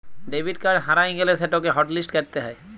debit card হারাঁয় গ্যালে সেটকে হটলিস্ট ক্যইরতে হ্যয়